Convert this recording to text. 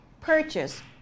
purchase